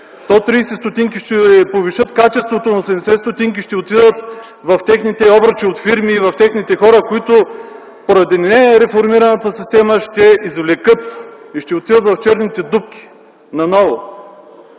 30 стотинки ще повишат качеството, но 70 стотинки ще отидат в техните обръчи от фирми и в техните хора, които поради нереформираната система ще извлекат и ще отидат в черните дупки наново.